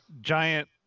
giant